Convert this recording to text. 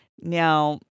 Now